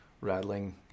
rattling